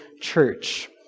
Church